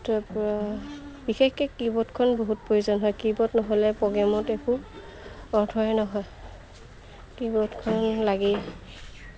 তাৰপৰা বিশেষকৈ কী বোৰ্ডখন বহুত প্ৰয়োজন হয় কী বোৰ্ড নহ'লে প্ৰগ্ৰেমত একো অৰ্থই নহয় কী বোৰ্ডখন লাগেই